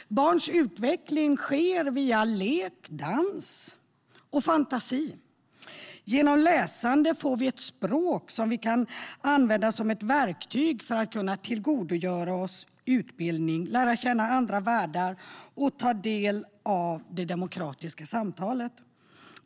Barns utveckling sker via lek, dans och fantasi. Genom läsande får vi ett språk som vi kan använda som ett verktyg för att tillgodogöra oss utbildning, lära känna andra världar och ta del av det demokratiska samtalet.